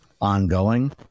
ongoing